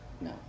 No